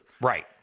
Right